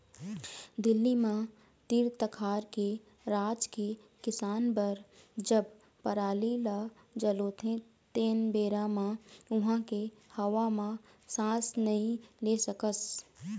दिल्ली म तीर तखार के राज के किसान बर जब पराली ल जलोथे तेन बेरा म उहां के हवा म सांस नइ ले सकस